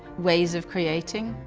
ways of creating.